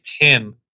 Tim